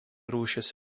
rūšis